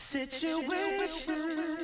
Situation